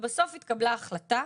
ובסוף התקבלה החלטה,